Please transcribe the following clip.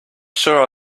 sure